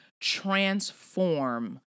transform